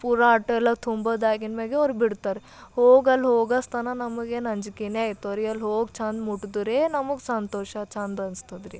ಪೂರ ಆಟೋ ಎಲ್ಲ ತುಂಬೋದ್ ಆಗಿದ್ ಮೇಲೆ ಅವ್ರು ಬಿಡ್ತಾರೆ ಹೋಗಿ ಅಲ್ಲಿ ಹೋಗಸ್ತನ ನಮಗೆ ಏನು ಅಂಜಿಕೆಯೇ ಇರ್ತವೆ ರೀ ಅಲ್ಲಿ ಹೋಗಿ ಚಂದ ಮುಟ್ಟುದ್ರೇ ನಮಗ್ ಸಂತೋಷ ಚಂದ ಅನ್ಸ್ತದೆ ರೀ